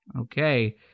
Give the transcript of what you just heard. okay